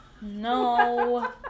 No